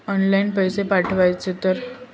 Online पैसे पाठवचे तर तेका पावतत मा?